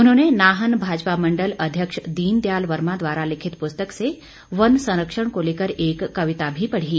उन्होंने नाहन भाजपा मंडल अध्यक्ष दीनदयाल वर्मा द्वारा लिखित पुस्तक से वन संरक्षण को लेकर एक कविता भी पढ़ी